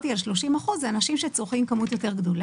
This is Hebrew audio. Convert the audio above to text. ה-30% זה אנשים שצורכים כמות גדולה יותר.